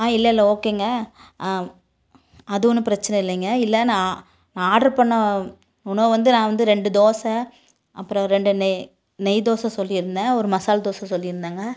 ஆ இல்லைல்ல ஓகேங்க அது ஒன்று பிரச்சனை இல்லைங்க இல்லை நான் ஆர்ட்ரு பண்ண உணவு வந்து நான் வந்து ரெண்டு தோசை அப்புறம் ரெண்டு நெய் நெய் தோசை சொல்லி இருந்தன் அப்புறம் ஒரு மசால் தோசை சொல்லி இருந்தங்க